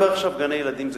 גני-ילדים זה